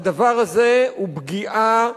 הדבר הזה הוא פגיעה,